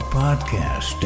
podcast